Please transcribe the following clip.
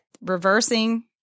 reversing